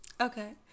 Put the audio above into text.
okay